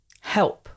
Help